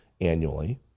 annually